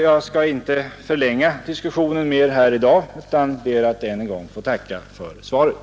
Jag skall inte förlänga diskussionen mer här i dag utan ber bara än en gång att få tacka för svaret.